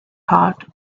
heart